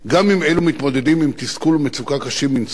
גם אם אלו מתמודדים עם תסכול ומצוקה קשים מנשוא,